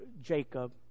Jacob